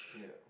yeah